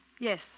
Yes